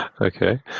Okay